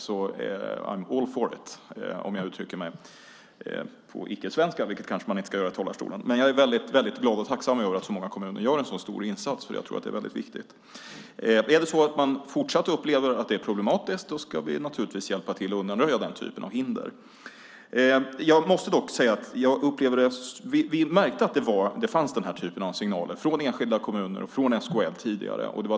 I'm all for it - för att uttrycka det på icke-svenska, vilket man kanske inte ska göra här i talarstolen. Jag är mycket glad över och tacksam för att så många kommuner gör en så stor insats. Det tror jag är väldigt viktigt. Är det så att man fortsatt upplever att det är problematiskt ska vi naturligtvis hjälpa till och undanröja den typen av hinder. Vi har redan tidigare märkt att nämnda typ av signaler fanns från enskilda kommuner och från SKL.